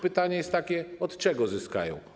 Pytanie jest takie: Od czego zyskają?